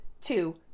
two